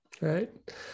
right